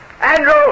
Andrew